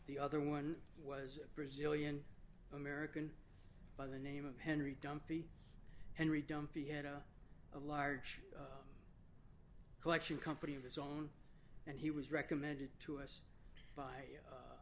the other one was a brazilian american by the name of henry dunphy henry dunphy had a large collection company of his own and he was recommended to us by